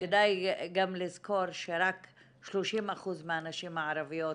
כדאי גם לזכור שרק 30% מהנשים הערביות